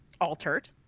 altered